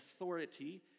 authority